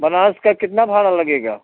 बनारस का कितना भाड़ा लगेगा